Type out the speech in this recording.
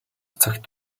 цагт